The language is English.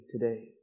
today